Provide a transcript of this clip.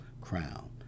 crown